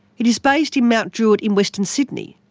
it is based in mt druitt in western sydney,